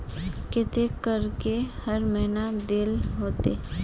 केते करके हर महीना देल होते?